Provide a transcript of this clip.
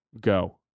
go